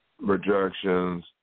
rejections